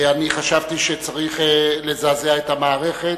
אני חשבתי שצריך לזעזע את המערכת.